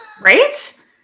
right